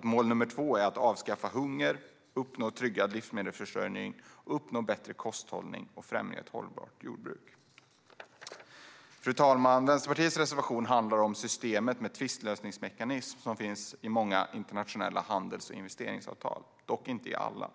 2030 om att avskaffa hunger, uppnå tryggad livsmedelsförsörjning, uppnå en bättre kosthållning och främja ett hållbart jordbruk. Fru talman! Vänsterpartiets reservation handlar om systemet med tvistlösningsmekanismer, som finns i många internationella handels och investeringsavtal, dock inte alla.